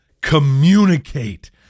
communicate